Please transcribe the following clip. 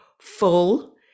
full